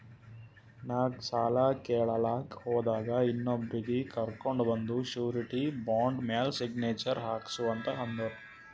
ನಾ ಸಾಲ ಕೇಳಲಾಕ್ ಹೋದಾಗ ಇನ್ನೊಬ್ರಿಗಿ ಕರ್ಕೊಂಡ್ ಬಂದು ಶೂರಿಟಿ ಬಾಂಡ್ ಮ್ಯಾಲ್ ಸಿಗ್ನೇಚರ್ ಹಾಕ್ಸೂ ಅಂತ್ ಅಂದುರ್